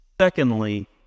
secondly